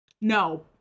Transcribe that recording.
No